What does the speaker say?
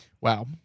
Wow